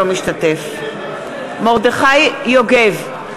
אינו משתתף בהצבעה מרדכי יוגב,